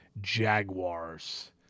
Jaguars